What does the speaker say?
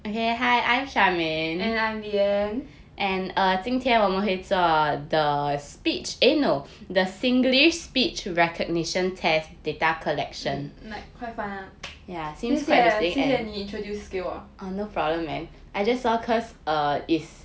and I'm yan um like quite fun ah 谢谢你谢谢你 introduce 给我